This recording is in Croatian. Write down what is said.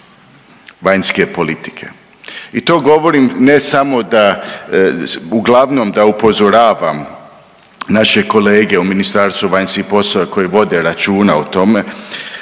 i to govorim ne samo da uglavnom da upozoravam naše kolege u MVEP-u koji vode računa o tome